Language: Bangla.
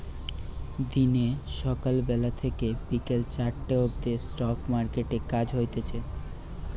দিনে সকাল বেলা থেকে বিকেল চারটে অবদি স্টক মার্কেটে কাজ হতিছে